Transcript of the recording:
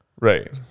right